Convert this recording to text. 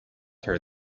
her